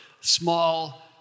small